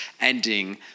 ending